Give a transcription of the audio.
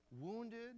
wounded